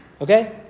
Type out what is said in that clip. Okay